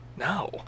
no